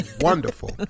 wonderful